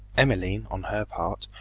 emmeline, on her part,